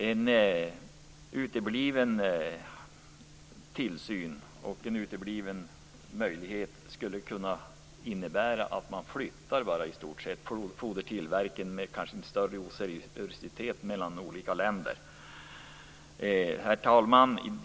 En utebliven möjlighet till tillsyn skulle kunna innebära att man med en större oseriositet flyttar fodertillverkningen mellan olika länder. Herr talman!